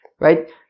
right